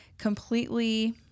completely